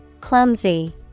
Clumsy